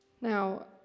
Now